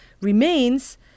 remains